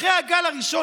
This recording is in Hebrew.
אחרי הגל הראשון,